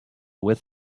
with